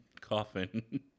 coffin